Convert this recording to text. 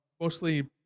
mostly